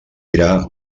dirà